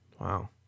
Wow